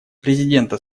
президента